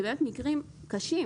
מקרים קשים